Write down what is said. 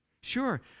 Sure